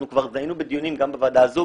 אנחנו כבר היינו בדיונים גם בוועדה הזו,